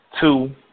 two